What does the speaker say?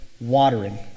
watering